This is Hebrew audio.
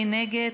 מי נגד?